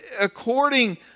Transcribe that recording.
According